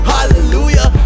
Hallelujah